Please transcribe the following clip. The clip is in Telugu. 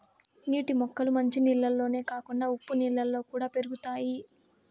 నీటి మొక్కలు మంచి నీళ్ళల్లోనే కాకుండా ఉప్పు నీళ్ళలో కూడా పెరుగుతాయి